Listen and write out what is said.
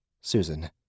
Susan